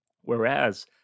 Whereas